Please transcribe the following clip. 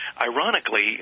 ironically